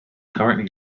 currently